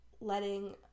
letting